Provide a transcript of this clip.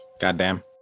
goddamn